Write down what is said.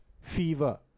fever